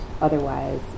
otherwise